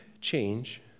change